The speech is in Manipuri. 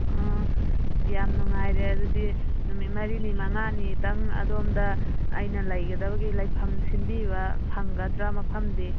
ꯑꯣ ꯌꯥꯝ ꯅꯨꯡꯉꯥꯏꯔꯦ ꯑꯗꯨꯗꯤ ꯅꯨꯃꯤꯠ ꯃꯔꯤꯅꯤ ꯃꯉꯥꯅꯤꯗꯪ ꯑꯗꯣꯝꯗ ꯑꯩꯅ ꯂꯩꯒꯗꯕꯒꯤ ꯂꯩꯐꯝ ꯁꯤꯟꯕꯤꯕ ꯐꯪꯒꯗ꯭ꯔ ꯃꯐꯝꯗꯤ